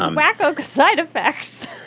um wacko side effects.